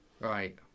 Right